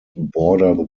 border